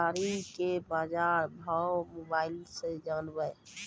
केताड़ी के बाजार भाव मोबाइल से जानवे?